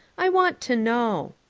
i want to know.